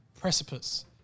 precipice